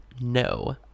No